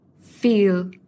feel